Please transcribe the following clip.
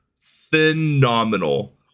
phenomenal